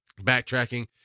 Backtracking